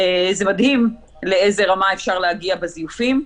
זה מדהים לאיזה רמה אפשר להגיע בזיופים,